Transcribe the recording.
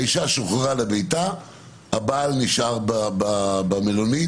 האישה שוחררה לביתה והבעל נשאר במלונית